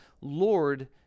Lord